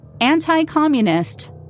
anti-communist